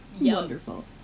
Wonderful